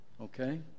okay